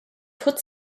put